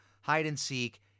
hide-and-seek